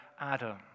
Adam